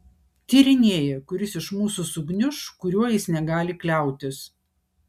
tyrinėja kuris iš mūsų sugniuš kuriuo jis negali kliautis